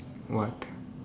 what